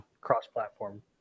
cross-platform